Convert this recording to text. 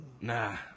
Nah